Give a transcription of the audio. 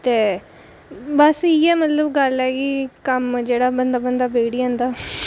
ते बस इ'यै मतलब गल्ल ऐ की कम्म जेह्ड़ा बनदा बनदा बिगड़ी जंदा